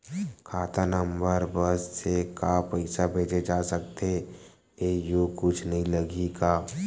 खाता नंबर बस से का पईसा भेजे जा सकथे एयू कुछ नई लगही का?